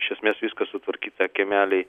iš esmės viskas sutvarkyta kiemeliai